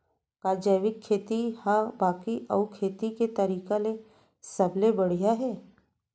का जैविक खेती हा बाकी अऊ खेती के तरीका ले सबले बढ़िया हे?